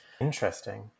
Interesting